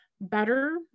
better